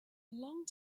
long